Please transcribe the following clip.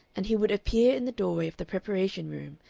and he would appear in the doorway of the preparation-room,